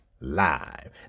Live